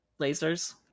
lasers